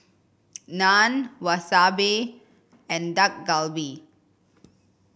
Naan Wasabi and Dak Galbi